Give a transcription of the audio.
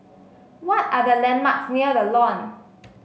what are the landmarks near The Lawn